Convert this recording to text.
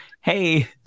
hey